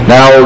Now